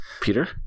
Peter